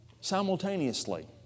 simultaneously